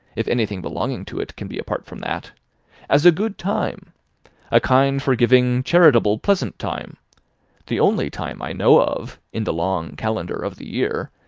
if anything belonging to it can be apart from that as a good time a kind, forgiving, charitable, pleasant time the only time i know of, in the long calendar of the year,